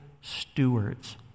stewards